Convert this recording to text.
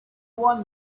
want